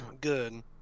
good